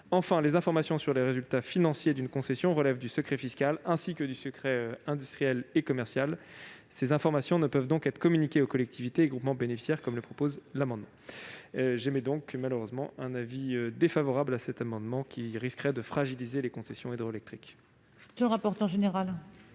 Enfin, les informations sur les résultats financiers d'une concession relèvent du secret fiscal, ainsi que du secret industriel et commercial. Elles ne peuvent donc pas être communiquées aux collectivités et groupements bénéficiaires, comme le proposent les auteurs de l'amendement. L'adoption de cet amendement risquerait de fragiliser les concessions hydroélectriques.